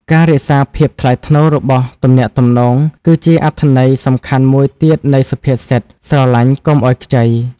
ការរក្សាភាពថ្លៃថ្នូររបស់ទំនាក់ទំនងគឺជាអត្ថន័យសំខាន់មួយទៀតនៃសុភាសិត "ស្រឡាញ់កុំឲ្យខ្ចី"។